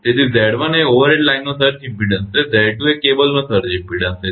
તેથી 𝑍1 એ ઓવરહેડ લાઇનનો સર્જ ઇમપેડન્સ છે અને 𝑍2 એ કેબલનો સર્જ ઇમપેડન્સ છે